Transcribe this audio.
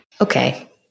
Okay